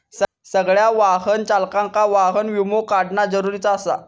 सगळ्या वाहन चालकांका वाहन विमो काढणा जरुरीचा आसा